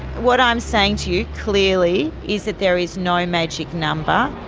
what i'm saying to you clearly is that there is no magic number.